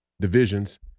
divisions